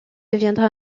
deviendra